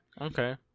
okay